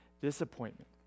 disappointment